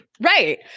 Right